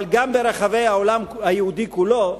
אבל גם ברחבי העולם היהודי כולו,